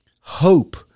hope